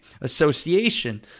Association